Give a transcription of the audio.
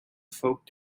folk